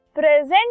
present